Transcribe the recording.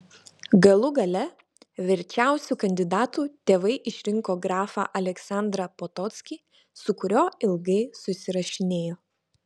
galų gale verčiausiu kandidatu tėvai išrinko grafą aleksandrą potockį su kuriuo ilgai susirašinėjo